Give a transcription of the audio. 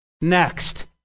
next